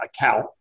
account